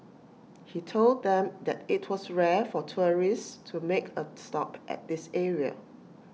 he told them that IT was rare for tourists to make A stop at this area